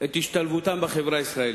את השתלבותם בחברה הישראלית.